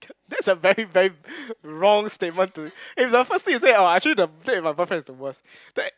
that's a very very wrong statement to eh the first thing you say !wah! actually the break with my boyfriend is the worst then